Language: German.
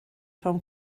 vom